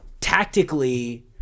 tactically